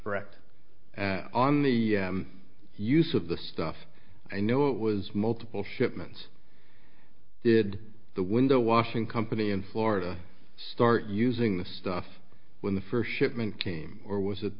correct on the use of the stuff i know it was multiple shipments did the window washing company in florida start using the stuff when the first shipment came or was